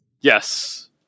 Yes